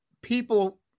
people